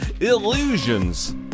Illusions